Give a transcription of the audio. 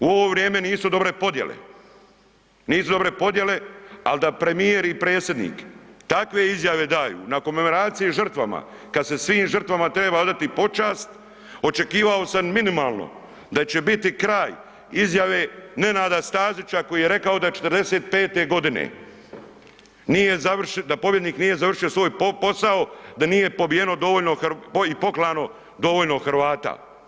U ovo vrijeme nisu dobre podjele, nisu dobre podjele, al da premijer i predsjednik takve izjave daju na komemoraciji žrtvama kad se svim žrtvama treba odati počast, očekivao sam minimalno da će biti kraj izjave Nenada Stazića koji je rekao da je '45.g. nije, da pobjednik nije završio svoj posao, da nije pobijeno dovoljno i poklano dovoljno Hrvata.